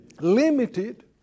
Limited